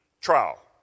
trial